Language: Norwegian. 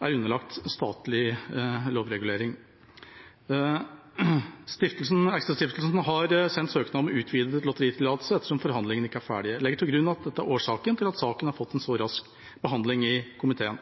er underlagt statlig lovregulering. ExtraStiftelsen har sendt søknad om utvidet lotteritillatelse, ettersom forhandlingene ikke er ferdige. Jeg legger til grunn at dette er årsaken til at saken har fått en så rask behandling i komiteen.